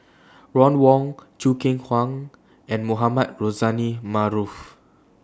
Ron Wong Choo Keng Kwang and Mohamed Rozani Maarof